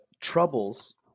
troubles